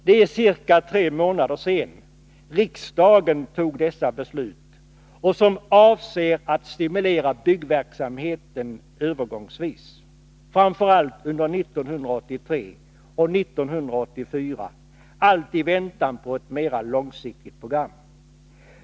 Det är ca tre månader sedan riksdagen fattade beslut om att vidta dessa åtgärder i syfte att övergångsvis stimulera byggverksamheten, framför allt under åren 1983 och 1984, i väntan på ett mer långsiktigt program.